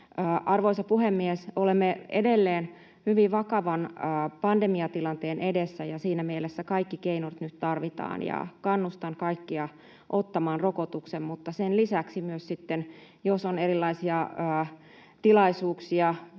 Arvoisa puhemies! Olemme edelleen hyvin vakavan pandemiatilanteen edessä, ja siinä mielessä kaikki keinot nyt tarvitaan. Kannustan kaikkia ottamaan rokotuksen, mutta sen lisäksi myös, jos on erilaisia tilaisuuksia